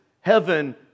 heaven